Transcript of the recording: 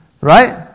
Right